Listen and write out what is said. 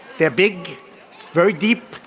they're big very deep.